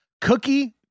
cookie